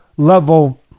level